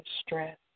stress